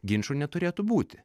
ginčų neturėtų būti